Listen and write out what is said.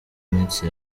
minsi